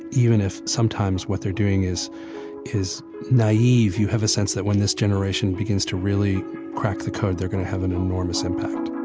even if sometimes what they're doing is is naive. you have a sense that when this generation begins to really crack the code, they're going to have an enormous impact